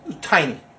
tiny